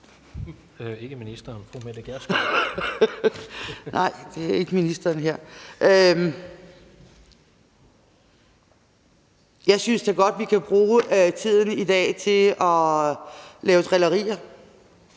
Jeg synes da godt, vi kan bruge tiden i dag på at lave drillerier.